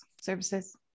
services